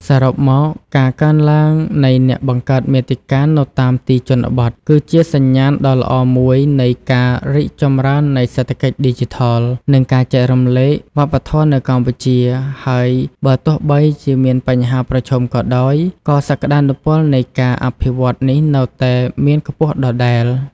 សរុបមក ការកើនឡើងនៃអ្នកបង្កើតមាតិកានៅតាមទីជនបទ គឺជាសញ្ញាណដ៏ល្អមួយនៃការរីកចម្រើននៃសេដ្ឋកិច្ចឌីជីថល និងការចែករំលែកវប្បធម៌នៅកម្ពុជា ហើយបើទោះបីជាមានបញ្ហាប្រឈមក៏ដោយ ក៏សក្តានុពលនៃការអភិវឌ្ឍន៍នេះនៅតែមានខ្ពស់ដដែល។